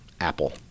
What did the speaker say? apple